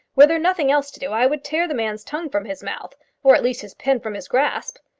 were there nothing else to do, i would tear the man's tongue from his mouth or at least his pen from his grasp.